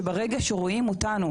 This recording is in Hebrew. שברגע שרואים אותנו,